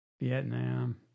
Vietnam